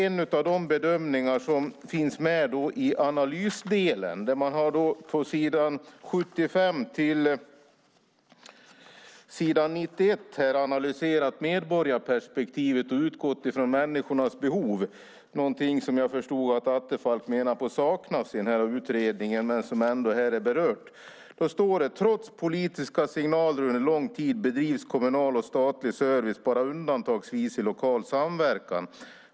En bedömning finns med i analysdelen på s. 75-91 där man har analyserat medborgarperspektivet och utgått ifrån människornas behov. Jag förstod att Attefall menade att det var något som saknas i den här utredningen, men det är ändå berört här. Där står det att trots politiska signaler under lång tid bedrivs kommunal och statlig service bara undantagsvis i lokal samverkan.